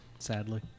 sadly